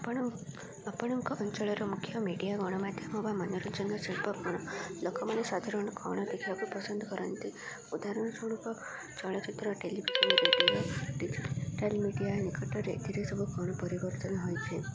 ଆପଣ ଆପଣଙ୍କ ଅଞ୍ଚଳର ମୁଖ୍ୟ ମିଡ଼ିଆ ଗଣମାଧ୍ୟମ ବା ମନୋରଞ୍ଜନ ଶିଳ୍ପ କ'ଣ ଲୋକମାନେ ସାଧାରଣ କ'ଣ ଦେଖିବାକୁ ପସନ୍ଦ କରନ୍ତି ଉଦାହରଣ ସ୍ୱରୂପ ଚଳଚ୍ଚିତ୍ର ଟେଲିଭିଜନ୍ ରେଡ଼ିଓ ଡିଜିଟାଲ୍ ମିଡ଼ିଆ ନିକଟରେ ଏଥିରେ ସବୁ କ'ଣ ପରିବର୍ତ୍ତନ ହୋଇଛି